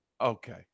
Okay